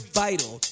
vital